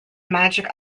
magic